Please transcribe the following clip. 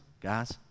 guys